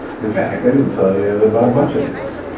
in fact, i didn't tell you about a bunch of things.